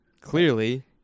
Clearly